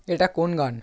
এটা কোন গান